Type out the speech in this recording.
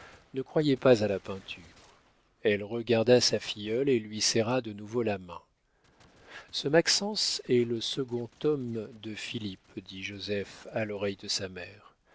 ne croyait pas à la peinture elle regarda sa filleule et lui serra de nouveau la main ce maxence est le second tome de philippe dit joseph à l'oreille de sa mère